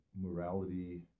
Morality